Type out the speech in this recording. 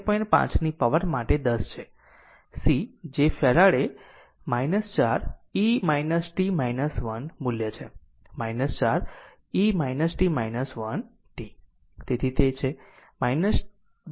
5 ની પાવર માટે 10 છે C જે ફેરાડે 4 e t 1મૂલ્ય છે 4 e t 1 t